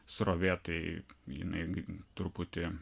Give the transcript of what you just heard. srovė tai jinai truputį